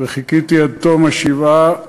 וחיכיתי עד תום השבעה,